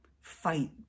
fight